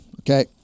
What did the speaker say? okay